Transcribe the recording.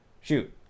Shoot